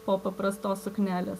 po paprastos suknelės